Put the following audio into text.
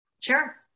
Sure